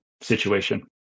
situation